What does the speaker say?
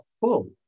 full